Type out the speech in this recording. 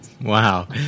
Wow